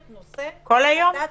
לדעתי.